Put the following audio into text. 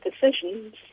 decisions